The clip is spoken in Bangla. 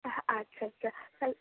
হ্যাঁ আচ্ছা আচ্ছা তাহলে